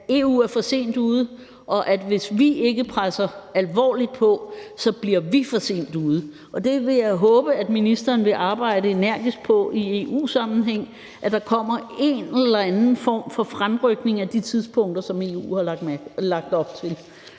at EU er for sent ude, og at hvis vi ikke presser alvorligt på, så kommer vi til at være for sent ude. Jeg vil håbe, at ministeren i EU-sammenhæng vil arbejde energisk på, at der kommer en eller anden form for fremrykning af de tidspunkter, som EU har lagt op til.